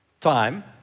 time